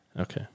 Okay